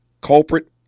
culprit